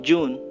June